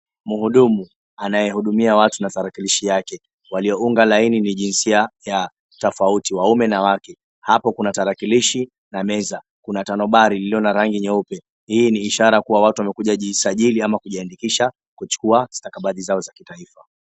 Mhudumu anayehudumia watu na tarakilishi yake waliounga laini vijinsia ya tofauti, wanaume na wake. Hapo kuna tarakilishi na meza. Kuna tanobari lililo na rangi nyeupe. Hii ni ishara kuwa watu wamekuja jisajili ama kujiandikisha kuchukua stakabadhi zao za kitaifa.